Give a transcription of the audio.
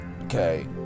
Okay